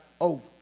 Over